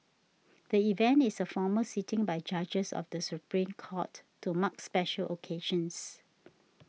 the event is a formal sitting by judges of the Supreme Court to mark special occasions